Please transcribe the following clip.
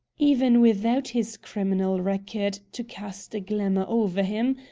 even without his criminal record to cast a glamour over him,